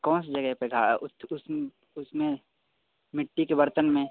कौन सी जगह पर उस उसमें मिट्टी के बर्तन में